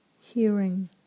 hearing